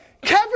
Kevin